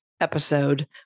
episode